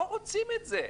לא רוצים את זה.